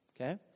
Okay